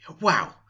Wow